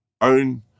Own